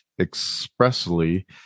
expressly